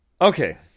Okay